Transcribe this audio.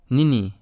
Nini